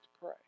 pray